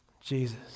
Jesus